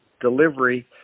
delivery